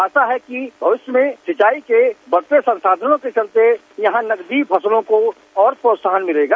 आशा है कि भविष्य में सिचाई के बढ़ते संसाधनों के चलते यहां नगदीय फसलों को और प्रोत्साहन मिलेगा